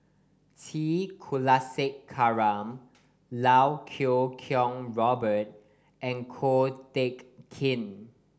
T Kulasekaram Iau Kuo Kwong Robert and Ko Teck Kin